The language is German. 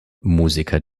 musiker